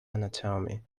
anatomy